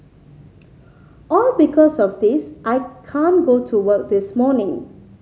all because of this I can't go to work this morning